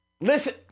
listen